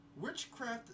Witchcraft